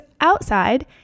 outside